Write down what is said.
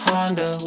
Honda